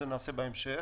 את זה נעשה בהמשך.